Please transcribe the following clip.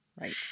Right